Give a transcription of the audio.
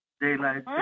Daylight